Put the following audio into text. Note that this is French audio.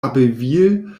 abbeville